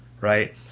Right